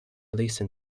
listen